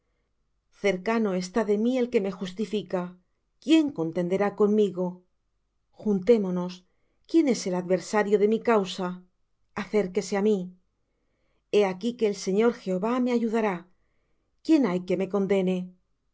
cercano está de mí el que me justifica quién contenderá conmigo juntémonos quién es el adversario de mi causa acérquese á mí he aquí que el señor jehová me ayudará quién hay que me condene